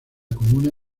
comuna